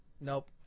Nope